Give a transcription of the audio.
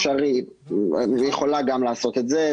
אפשרי, היא יכולה גם לעשות את זה.